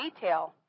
detail